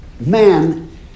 man